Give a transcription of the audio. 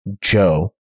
Joe